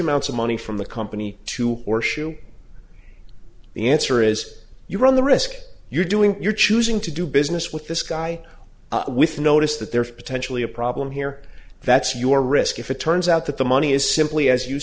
amounts of money from the company to or show the answer is you run the risk you're doing you're choosing to do business with this guy with notice that there's potentially a problem here that's your risk if it turns out that the money is simply as you